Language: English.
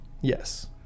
Yes